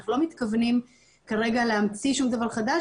אנחנו לא מתכוונים כרגע להמציא שום דבר חדש,